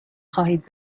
خواهید